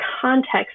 context